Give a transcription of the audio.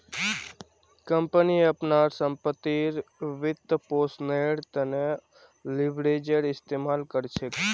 company अपनार संपत्तिर वित्तपोषनेर त न लीवरेजेर इस्तमाल कर छेक